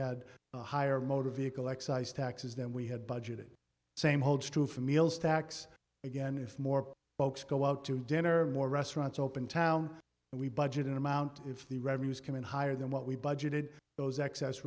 had a higher motor vehicle excise taxes than we had budgeted same holds true for meals tax again if more folks go out to dinner more restaurants open town and we budget in amount if the revenues come in higher than what we budgeted those excess